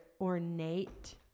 ornate